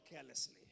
carelessly